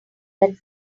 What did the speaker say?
that